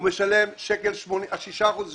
הוא משלם 1.80 שקל שאלה ששת האחוזים